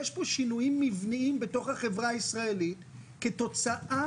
יש שינויים מבניים בתוך החברה הישראלית כתוצאה